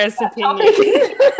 opinion